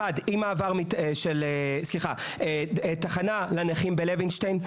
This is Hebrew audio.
אחת, תחנה לנכים בלוינשטיין.